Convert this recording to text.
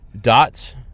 Dots